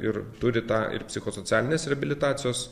ir turi tą ir psichosocialinės reabilitacijos